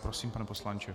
Prosím, pane poslanče.